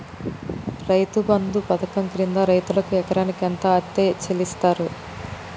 రైతు బంధు పథకం కింద రైతుకు ఎకరాకు ఎంత అత్తే చెల్లిస్తరు?